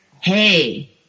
hey